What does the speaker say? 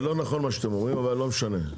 לא נכון מה שאתם אומרים אבל לא משנה.